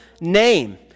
name